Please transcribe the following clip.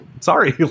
sorry